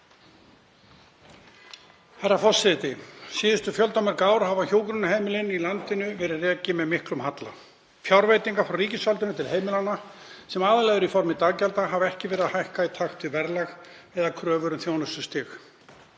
Herra forseti. Síðustu fjöldamörg ár hafa hjúkrunarheimilin í landinu verið rekin með miklum halla. Fjárveitingar frá ríkisvaldinu til heimilanna, sem aðallega eru í formi daggjalda, hafa ekki hækkað í takt við verðlag eða kröfur um þjónustustig.